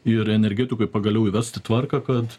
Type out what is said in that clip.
ir energetikoj pagaliau įvesti tvarką kad